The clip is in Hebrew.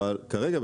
כרגע,